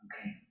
Okay